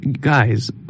guys